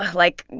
like,